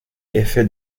effet